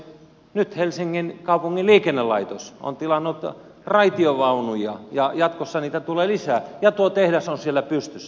nyt helsingin kaupungin liikennelaitos on tilannut raitiovaunuja ja jatkossa niitä tulee lisää ja tuo tehdas on siellä pystyssä